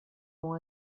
ont